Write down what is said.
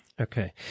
Okay